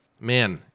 Man